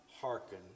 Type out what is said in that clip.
hearken